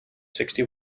sixty